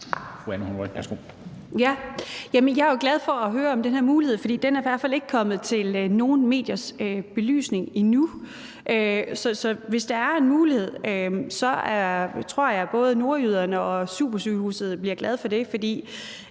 jeg er jo glad for at høre om den her mulighed, for den er i hvert fald ikke blevet belyst af nogen medier endnu. Så hvis der er en mulighed, tror jeg, at både nordjyderne og dem på supersygehuset bliver glade for det,